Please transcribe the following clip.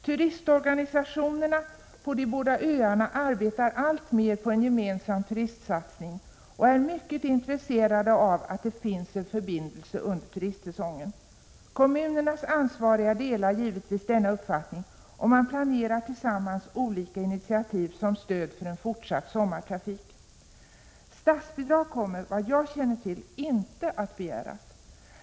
Turistorganisationerna på de båda öarna arbetar alltmer på en gemensam turistsatsning och är mycket intresserade av att det finns en förbindelse under turistsäsongen. Kommunernas ansvariga delar givetvis denna uppfattning, och man planerar tillsammans olika initiativ som stöd för en fortsatt sommartrafik. Statsbidrag kommer, vad jag känner till, inte att begäras.